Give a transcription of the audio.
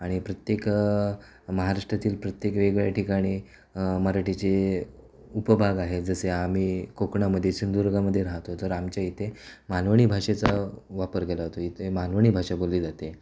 आणि प्रत्येक महाराष्ट्रातील प्रत्येक वेगवेगळ्या ठिकाणी मराठीचे उपभाग आहे जसे आम्ही कोकणामध्ये सिंधुदुर्गामध्ये राहतो तर आमच्या इथे मालवणी भाषेचा वापर केला जातो इथे मालवणी भाषा बोलली जाते